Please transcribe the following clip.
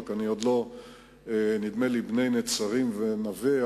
נדמה לי בני-נצרים ונווה,